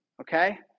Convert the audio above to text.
Okay